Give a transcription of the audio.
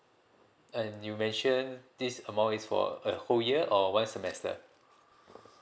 and you mention this amount is for a whole year or one semester